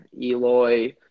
Eloy